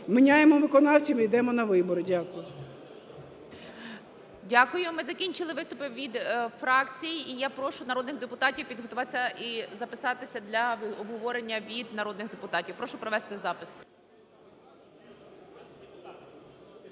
Міняємо виконавців і йдемо на вибори. Дякую. ГОЛОВУЮЧИЙ. Дякую. Ми закінчили виступи від фракцій, і я прошу народних депутатів підготуватися і записатися для обговорення від народних депутатів. Прошу провести запис.